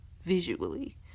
visually